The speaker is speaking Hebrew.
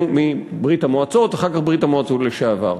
מברית-המועצות ואחר כך ברית-המועצות לשעבר.